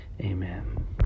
Amen